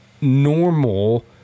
normal